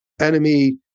enemy